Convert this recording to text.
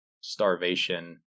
starvation